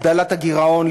הגדלת הגירעון,